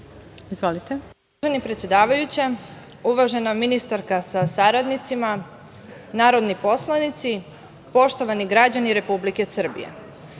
Izvolite.